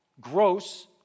gross